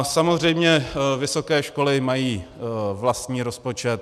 Samozřejmě vysoké školy mají vlastní rozpočet.